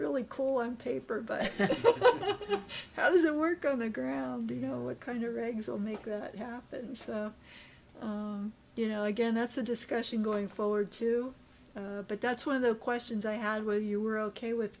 really cool on paper but how does it work on the ground you know what kind of regs will make that happen so you know again that's a discussion going forward too but that's one of the questions i had where you were ok with